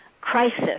crisis